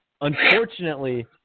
unfortunately